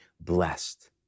blessed